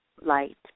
light